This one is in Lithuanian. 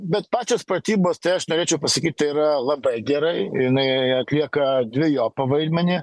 bet pačios pratybos tai aš norėčiau pasakyt tai yra labai gerai jinai atlieka dvejopą vaidmenį